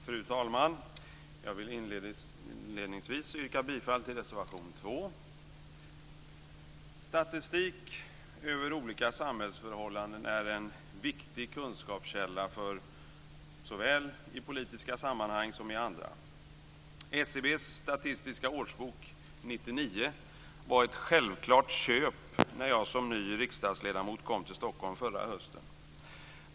Fru talman! Jag vill inledningsvis yrka bifall till reservation 2. Statistik över olika samhällsförhållanden är en viktig kunskapskälla såväl i politiska sammanhang som i andra. SCB:s statistiska årsbok 1999 var ett självklart köp när jag som ny riksdagsledamot kom till Stockholm förra hösten.